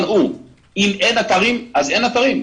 אם אין אתרים, אז אין אתרים.